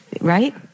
right